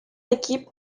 équipes